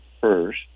first